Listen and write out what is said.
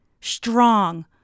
strong